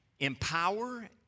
Empower